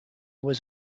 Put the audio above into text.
was